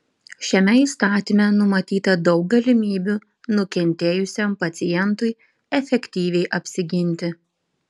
šiame įstatyme numatyta daug galimybių nukentėjusiam pacientui efektyviai apsiginti